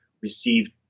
received